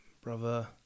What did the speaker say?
brother